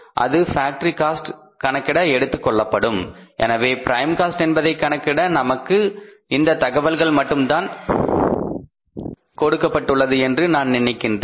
அது factory cost கணக்கிட எடுத்துக் கொள்ளப்படும் எனவே ப்ரைம் காஸ்ட் என்பதை கணக்கிட நமக்கு இந்த தகவல்கள் மட்டும்தான் கொடுக்கப்பட்டுள்ளது என்று நான் நினைக்கின்றேன்